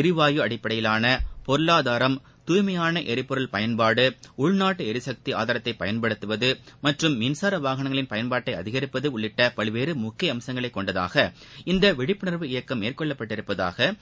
எரிவாயு அடிப்படையிலான பொளாதாரம் தூய்மையான எரிபொருள் பயன்பாடு உள்நாட்டு எரிசக்தி ஆதாரத்தை பயன்படுத்துவது மற்றும் மின்சார வாகனங்களின் பயன்பாட்டை அதிகரிப்பது உள்ளிட்ட பல்வேறு முக்கிய அம்சங்களை கொண்டதாக இந்த விழிப்புணர்வு இயக்கம் மேற்கொள்ளபட்டுள்ளதாக